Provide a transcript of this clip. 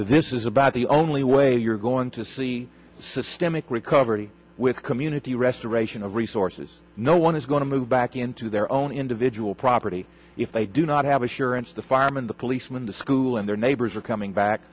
this is about the only way you're going to see systemic recovery with community restoration of resources no one is going to move back into their own individual property if they do not have insurance the firemen the policemen the school and their neighbors are coming back